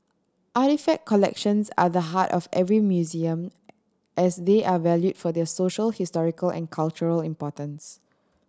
artefact collections are the heart of every museum as they are valued for their social historical and cultural importance